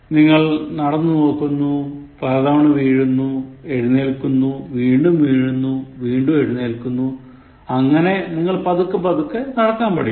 നിങ്ങൾ നടന്നു നോക്കുന്നു പലതവണ വീഴുന്നു എഴുന്നേൽക്കുന്നു വീണ്ടും വീഴുന്നു വീണ്ടും എഴുന്നേൽക്കുന്നു അങ്ങനെ നിങ്ങൾ പതുക്കെ നടക്കാൻ പഠിക്കുന്നു